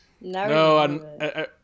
No